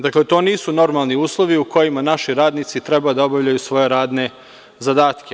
Dakle, to nisu normalni uslovi u kojima naši radnici treba da obavljaju svoje radne zadatke.